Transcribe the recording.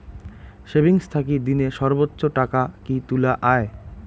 Savings থাকি দিনে সর্বোচ্চ টাকা কি তুলা য়ায়?